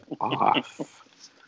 off